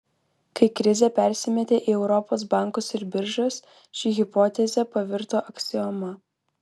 kai krizė persimetė į europos bankus ir biržas ši hipotezė pavirto aksioma